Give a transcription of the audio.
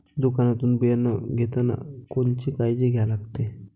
दुकानातून बियानं घेतानी कोनची काळजी घ्या लागते?